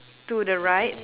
to the right